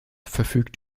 verfügt